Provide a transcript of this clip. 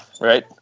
right